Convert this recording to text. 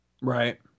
Right